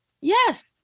Yes